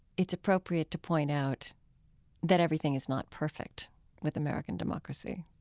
it's appropriate to point out that everything is not perfect with american democracy.